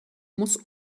muss